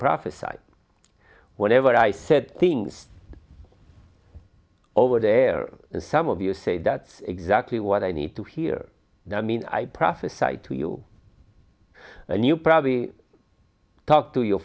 prophesied whatever i said things over there and some of you say that's exactly what i need to hear now i mean i prophesied to you and you probably talk to your